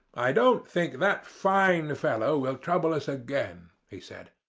i don't think that fine fellow will trouble us again, he said.